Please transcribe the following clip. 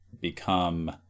become